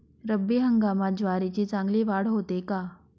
रब्बी हंगामात ज्वारीची चांगली वाढ होते का?